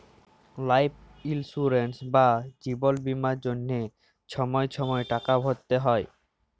life insurance বা জিবল বীমার জ্যনহে ছময় ছময় টাকা ভ্যরতে হ্যয়